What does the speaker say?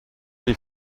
des